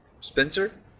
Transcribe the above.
Spencer